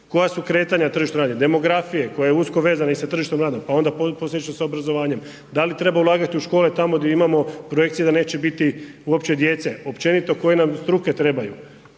koja su kretanja na tržištu rada, demografije koja je usko vezana i sa tržištem rada, pa onda postojeća sa obrazovanjem, da li treba ulagati u škole tamo gdje imamo projekcije da neće biti uopće djece, općenito koje nam struke trebaju.